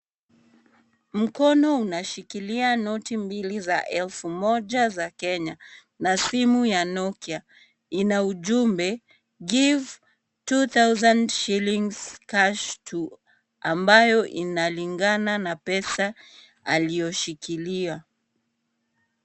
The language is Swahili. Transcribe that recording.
Mkono unashikilia noti mbili za elfu moja za Kenya na simu ya Nokia. Ina ujumbe Give two thousand shillings cash to ambayo inalingana na pesa aliyoshikilia.